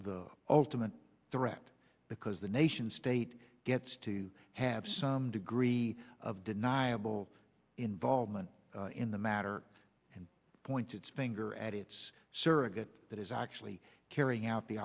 the ultimate threat because the nation state gets to have some degree of deniable involvement in the matter and point its finger at its surrogate that is actually carrying out the